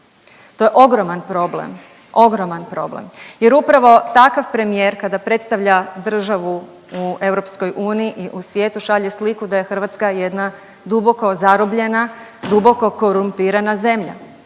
problem, ogroman problem jer upravo takav premijer, kada predstavlja državu u EU i u svijetu, šalje sliku da je Hrvatska jedna duboko zarobljene, duboko korumpirana zemlja.